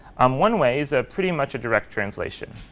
um one way is ah pretty much a direct translation.